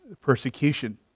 persecution